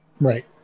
Right